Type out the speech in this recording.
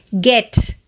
get